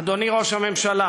אדוני ראש הממשלה,